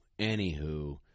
anywho